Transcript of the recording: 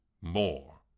more